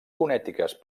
fonètiques